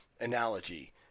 analogy